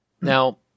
Now